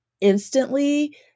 instantly